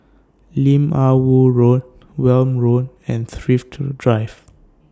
Lim Ah Woo Road Welm Road and Thrift Drive